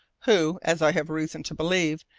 who, as i have reason to believe,